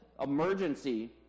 emergency